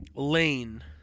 Lane